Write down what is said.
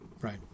Right